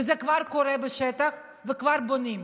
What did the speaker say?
וזה כבר קורה בשטח וכבר בונים.